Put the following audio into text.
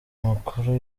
makuru